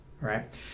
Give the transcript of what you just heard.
right